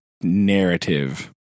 Narrative